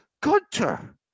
Gunter